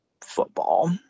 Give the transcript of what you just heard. football